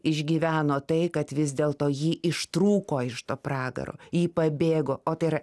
išgyveno tai kad vis dėlto ji ištrūko iš to pragaro ji pabėgo o tai yra